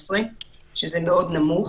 מאוד נמוך.